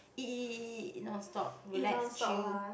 eat eat eat eat eat non stop relax chill